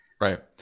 Right